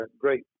great